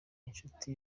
inshuti